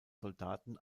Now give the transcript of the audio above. soldaten